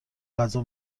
غذا